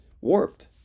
warped